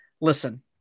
listen